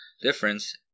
difference